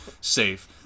safe